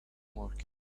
market